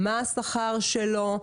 מה השכר שלו,